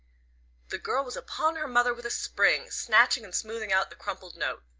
the girl was upon her mother with a spring, snatching and smoothing out the crumpled note.